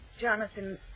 Jonathan